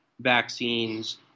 vaccines